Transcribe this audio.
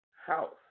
house